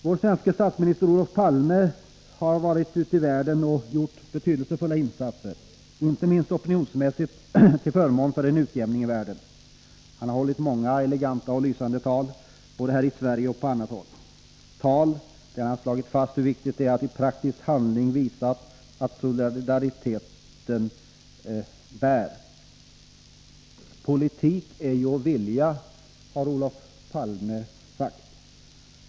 Vår svenske statsminister Olof Palme har varit ute i världen och gjort betydelsefulla insatser, inte minst opinionsmässigt, till förmån för en utjämning i världen. Han har hållit många eleganta och lysande tal, både här i Sverige och på annat håll, tal där han har slagit fast hur viktigt det är att i praktisk handling visa att solidariteten bär. Politik är att vilja, har ju Olof Palme sagt.